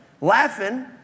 laughing